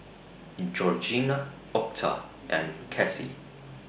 Georgianna Octa and Kassie